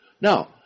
Now